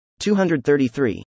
233